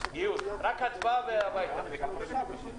אני מתכבד